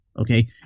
okay